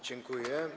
Dziękuję.